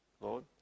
Lord